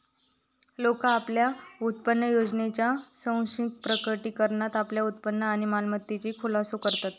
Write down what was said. लोका आपल्या उत्पन्नयोजनेच्या स्वैच्छिक प्रकटीकरणात आपल्या उत्पन्न आणि मालमत्तेचो खुलासो करतत